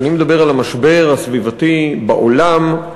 כשאני מדבר על המשבר הסביבתי בעולם,